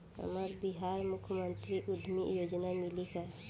हमरा बिहार मुख्यमंत्री उद्यमी योजना मिली का?